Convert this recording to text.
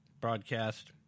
broadcast